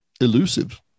Elusive